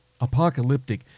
apocalyptic